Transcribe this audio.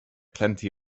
plenty